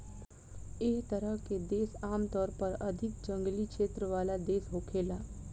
एह तरह के देश आमतौर पर अधिक जंगली क्षेत्र वाला देश होखेला